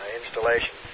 installation